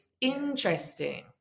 Interesting